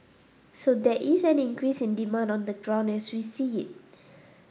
so there is an increase in demand on the ground as we see it